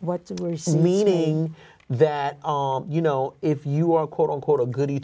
what really says meaning that you know if you are quote unquote a goody